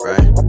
Right